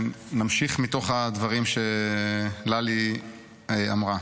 נמשיך מתוך הדברים שללי אמרה.